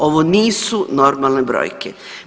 Ovo nisu normalne brojke.